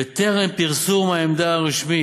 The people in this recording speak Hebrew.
וטרם פרסום העמדה הרשמית,